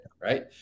right